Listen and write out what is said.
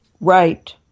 Right